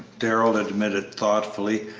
darrell admitted, thoughtfully,